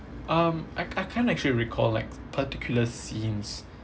um I I can't actually recall like particular scenes